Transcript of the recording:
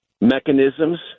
mechanisms